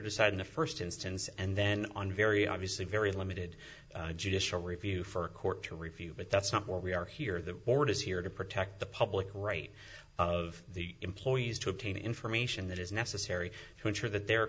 decide in the first instance and then on very obviously very limited judicial review for a court to review but that's not what we are here the board is here to protect the public right of the employees to obtain information that is necessary to ensure that the